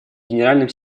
генеральным